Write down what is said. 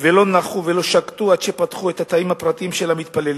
ולא נחו ולא שקטו עד שפתחו את התאים הפרטיים של המתפללים